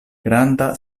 granda